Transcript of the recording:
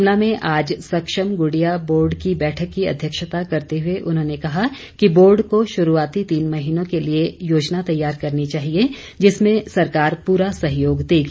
शिमला में आज सक्षम गुडिया बोर्ड की बैठक की अध्यक्षता करते हुए उन्होंने कहा कि बोर्ड को शुरूआती तीन महीनों के लिए योजना तैयार करनी चाहिए जिसमें सरकार पूरा सहयोग देगी